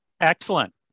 Excellent